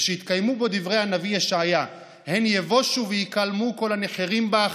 ושיתקיימו בו דברי הנביא ישעיהו: "הן יבשו ויִכלמו כל הנחרים בך,